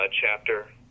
chapter